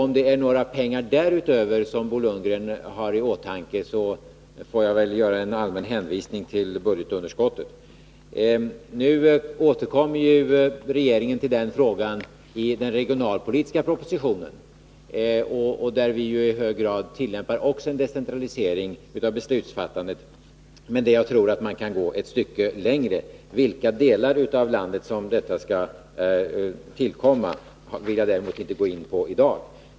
Om det är några pengar därutöver som Bo Lundgren har i åtanke, får jag väl göra en allmän hänvisning till budgetunderskottet. Regeringen återkommer till den frågan i den regionalpolitiska propositionen, där vi i hög grad också tillämpar en decentralisering av beslutsfattandet. Men jag tror att man kan gå ett stycke längre. Frågan om vilka delar av landet som skall komma i fråga vill jag däremot inte gå in på i dag.